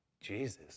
Jesus